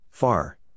Far